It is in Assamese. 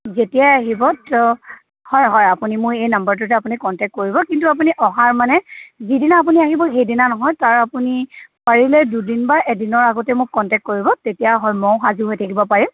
যেতিয়াই আহিব ত' হয় হয় আপুনি মোৰ এই নম্বৰটোতে আপুনি কণ্টেক্ট কৰিব কিন্তু আপুনি অহাৰ মানে যিদিনা আপুনি আহিব সেইদিনা নহয় তাৰ আপুনি পাৰিলে দুদিন বা এদিনৰ আগতে মোক কণ্টেক্ট কৰিব তেতিয়া হয় মইও সাজো হৈ থাকিব পাৰিম